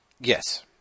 Yes